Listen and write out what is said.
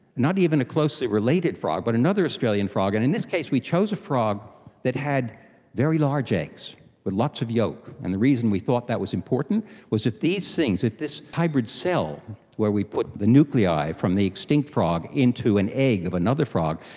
not even a closely related frog but another australian frog, and in this case we chose a frog that had very large eggs with lots of yoke, and the reason we thought that was important was that these things, that this hybrid cell where we put the nuclei from the extinct frog into an egg of another frog,